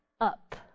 up